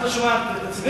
את טועה, זה לא הממשלה.